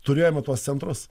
turėjome tuos centrus